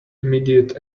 immediate